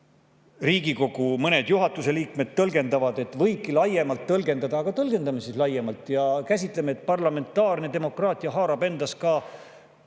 Riigikogu juhatuse liikmed tõlgendavad, et võibki laiemalt tõlgendada. Aga tõlgendame siis laiemalt ja käsitleme nii, et parlamentaarne demokraatia haarab endasse ka